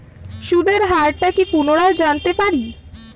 সুদের হার টা কি পুনরায় জানতে পারি?